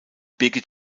birgit